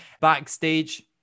Backstage